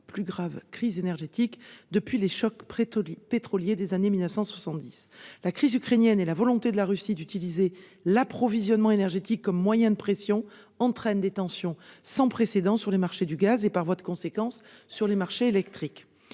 sa plus grave crise énergétique depuis les chocs pétroliers des années 1970. La crise ukrainienne et la volonté de la Russie d'utiliser l'approvisionnement énergétique comme moyen de pression entraînent des tensions sans précédent sur les marchés du gaz et, par voie de conséquence, sur les marchés électriques.